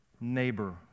neighbor